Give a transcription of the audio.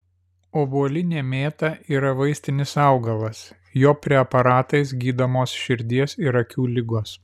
obuolinė mėta yra vaistinis augalas jo preparatais gydomos širdies ir akių ligos